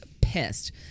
pissed